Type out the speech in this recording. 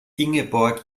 ingeborg